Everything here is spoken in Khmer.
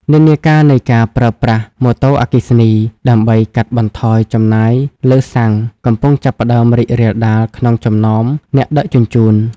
និន្នាការនៃការប្រើប្រាស់ "ម៉ូតូអគ្គិសនី" ដើម្បីកាត់បន្ថយចំណាយលើសាំង កំពុងចាប់ផ្ដើមរីករាលដាលក្នុងចំណោមអ្នកដឹកជញ្ជូន។